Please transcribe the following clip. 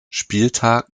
spieltag